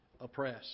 oppress